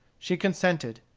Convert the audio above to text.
she consented.